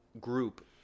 group